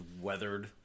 weathered